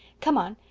come on.